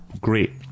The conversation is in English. great